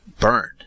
burned